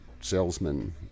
salesman